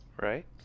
right